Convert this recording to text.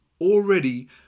already